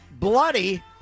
bloody